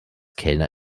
kellner